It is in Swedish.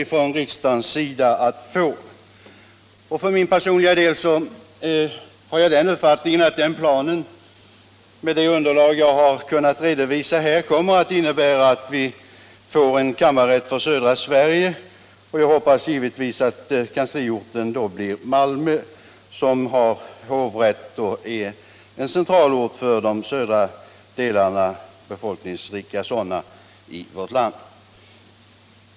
Personligen har jag, på grundval av det underlag jag här har redovisat, uppfattningen att den planen kommer att innebära att vi får en kammarrätt för södra Sverige. Jag hoppas givetvis att kansliorten då blir Malmö, som har hovrätt och är en centralort för de befolkningsrika södra delarna av vårt land.